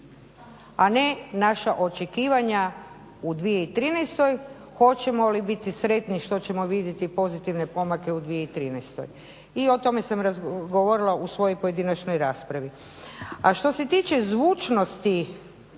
a ne naša očekivanja u 2013. hoćemo li biti sretni što ćemo vidjeti pozitivne pomake u 2013. I o tome sam govorila u svojoj pojedinačnoj raspravi. A što se tiče zvučnosti